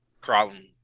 problem